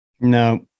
No